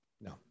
no